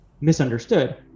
misunderstood